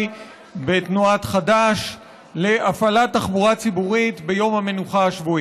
בתנועת חד"ש להפעלת תחבורה ציבורית ביום המנוחה השבועי.